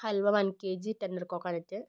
halwa one K G tender coconut